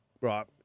right